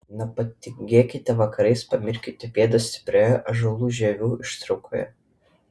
nepatingėkite vakarais pamirkyti pėdas stiprioje ąžuolų žievių ištraukoje